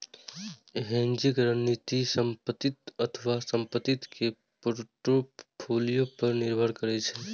hedging रणनीति संपत्ति अथवा संपत्ति के पोर्टफोलियो पर निर्भर करै छै